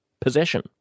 possession